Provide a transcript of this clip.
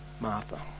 Martha